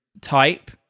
type